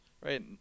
right